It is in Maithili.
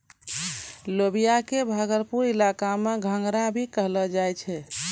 लोबिया कॅ भागलपुर इलाका मॅ घंघरा भी कहलो जाय छै